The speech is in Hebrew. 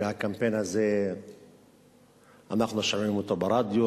והקמפיין הזה אנחנו שומעים אותו ברדיו,